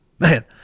Man